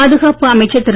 பாதுகாப்பு அமைச்சர் திரு